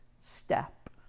step